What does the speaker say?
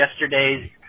yesterday's